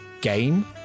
game